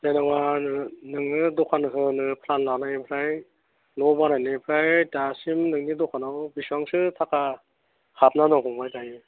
जेनेबा नोङो दखान होनो प्लान लानायनिफ्राय न' बानायनायनिफ्राय दासिम नोंनि दखानाव बेसांसो थाखा हाबना दं फंबाय दायो